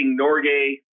Norgay